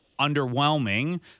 underwhelming